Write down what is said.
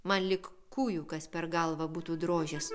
man lyg kūju per galvą būtų drožęs